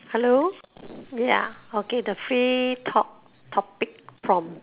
hello ya okay the free talk topic prompt